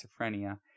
schizophrenia